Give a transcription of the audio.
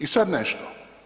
I sad nešto.